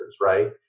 right